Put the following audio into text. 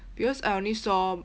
because I only saw